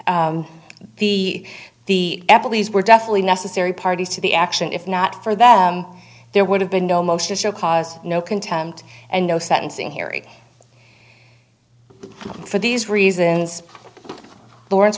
on the the employees were definitely necessary parties to the action if not for that there would have been no motion show cause no contempt and no sentencing hearing for these reasons lawrence